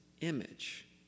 image